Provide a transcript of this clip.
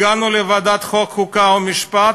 הגענו לוועדת החוקה, חוק ומשפט,